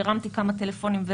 והרמתי כמה טלפונים.